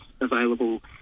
available